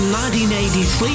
1983